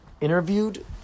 interviewed